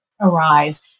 arise